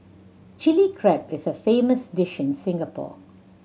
Chilli Crab is a famous dish in Singapore